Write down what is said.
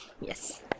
Yes